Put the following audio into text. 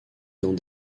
dans